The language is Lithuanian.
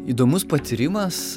įdomus patyrimas